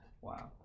Wow